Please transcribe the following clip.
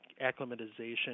acclimatization